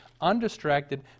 undistracted